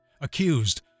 accused